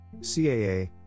CAA –